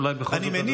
אולי בכל זאת,